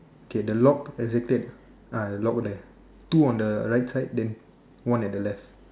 okay the lock has a tape ah lock there two on the right side and one on the left